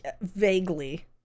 vaguely